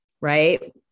right